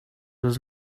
was